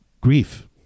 grief